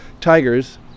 tigers